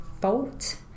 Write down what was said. fault